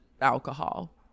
alcohol